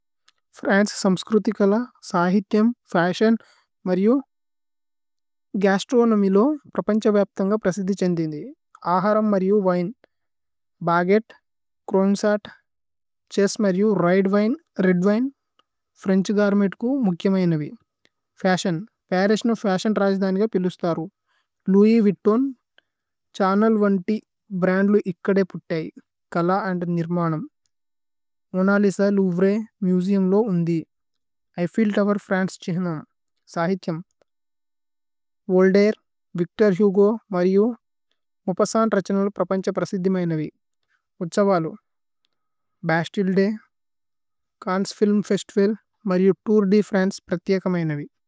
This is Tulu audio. ഫ്രന്ചേ സമ്സ്ക്രുതികല സഹിഥ്യമ് ഫശിഓന്। മര്യു ഗസ്ത്രോനോമ്യ് ലോ പ്രപന്ഛ। വപ്തമ്ഗ പ്രസിധി ഛേന്ദിന്ദി ആഹരമ് മര്യു। വിനേ, ബഗുഏത്തേ, ച്രോഇസ്സന്ത്, ഛേസ്സ് മര്യു രിദേ। Wine red wine French gourmet കു മുക്യമയേനേവി। ഫശിഓന് പരിസ് നു ഫശിഓന് രജ്ധനിഗ പിലുസ്ഥരു। ലോഉഇസ് വുഇത്തോന്, ഛ്ഹന്നേല്, ബ്രന്ദ്ലു ഇക്കദേ പുത്തയി। കല അന്ദ് നിര്മനമ് മോന ലിസ ലോഉവ്രേ മുസേഉമ് ലോ। ഉന്ധി ഏഇഫ്ഫേല് തോവേര് ഫ്രന്ചേ ഛിഹനമ് സഹിഥ്യമ്। ഓല്ദ് ഐര് വിച്തോര് ഹുഗോ മര്യു ഉപസന്ത് രഛനമ്। പ്രപന്ഛ പ്രസിധി മയേനേവി ഉത്സവലു Bastille. Day Cannes film festival മര്യു തോഉര് ദേ। ഫ്രന്ചേ പ്രത്യേകമയേനേവി।